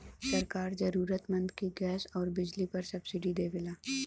सरकार जरुरतमंद के गैस आउर बिजली पर सब्सिडी देवला